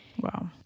Wow